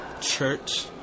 church